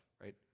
right